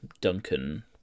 Duncan